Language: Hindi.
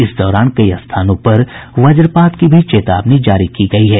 इस दौरान कई स्थानों पर वज्रपात की भी चेतावनी जारी की गयी है